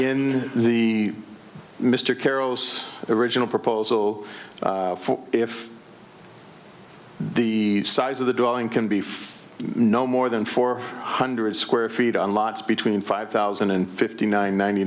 in the mr carroll's original proposal for if the size of the drawing can be no more than four hundred square feet on lots between five thousand and fifty nine ninety